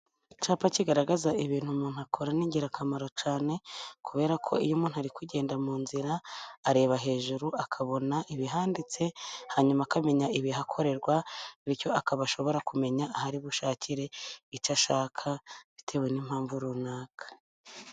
Icyapa kigaragaza ibintu umuntu akora ni ingirakamaro cyane, kuberako iyo umuntu ari kugenda mu nzira areba hejuru akabona ibihanditse hanyuma akamenya ibihakorerwa ,bityo akaba ashobora kumenya ahari bushakire icyo ashaka bitewe n'impamvu runaka.